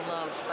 Love